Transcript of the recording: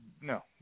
no